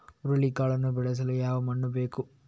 ಹುರುಳಿಕಾಳನ್ನು ಬೆಳೆಸಲು ಯಾವ ಮಣ್ಣು ಬೇಕು?